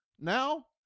Now